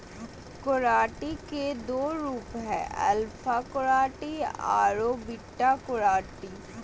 keratin के दो रूप हइ, अल्फा केराटिन आरो बीटा केराटिन